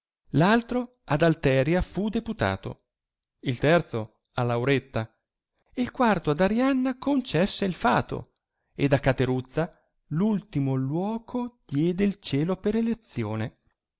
altro ad aiteria fu deputato il terzo a lauretta il quarto ad arianna concesse il fato ed a cateruzza ultimo luoco diede il cielo per elezione